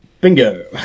Bingo